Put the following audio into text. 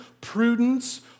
prudence